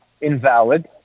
invalid